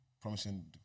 promising